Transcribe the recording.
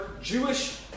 Jewish